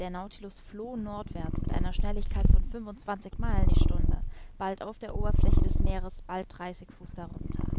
der nautilus floh nordwärts mit einer schnelligkeit von fünfundzwanzig meilen die stunde bald auf der oberfläche des meeres bald dreißig fuß darunter